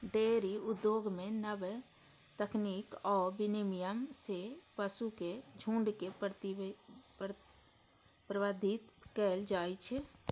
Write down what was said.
dairy उद्योग मे नव तकनीक आ विनियमन सं पशुक झुंड के प्रबंधित कैल जाइ छै